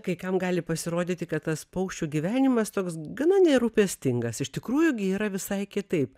kai kam gali pasirodyti kad tas paukščių gyvenimas toks gana nerūpestingas iš tikrųjų gi yra visai kitaip